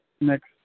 next